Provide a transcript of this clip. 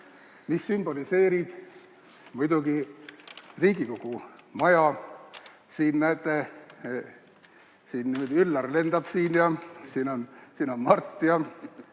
mis sümboliseerib muidugi Riigikogu maja. Siin, näete, lendab Üllar ja siin on Mart ja